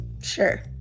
Sure